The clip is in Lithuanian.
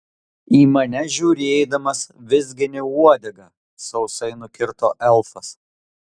į mane žiūrėdamas vizgini uodegą sausai nukirto elfas